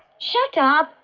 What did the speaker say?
shut up!